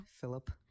Philip